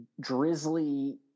Drizzly